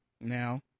now